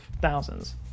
thousands